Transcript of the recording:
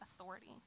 authority